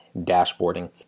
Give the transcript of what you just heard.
dashboarding